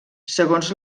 segons